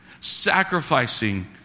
sacrificing